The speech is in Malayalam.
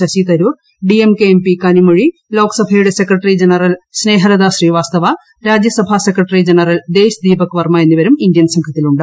Shashi Tharoor D M K M P Kanimozhi ലോകസഭയില്ട്ട് secretary general Snehlata Srivastava Rajya Sabha secretary general Desh Deepak Verma എന്നിവരും ഇന്ത്യൻ സംഘത്തിലുണ്ട്